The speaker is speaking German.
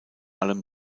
allem